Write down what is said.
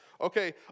Okay